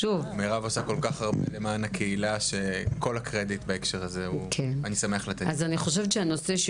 כל כך הרבה לקהילה שאני שמח לתת לה את כל הקרדיט.